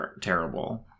terrible